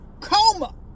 coma